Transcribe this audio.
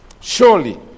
Surely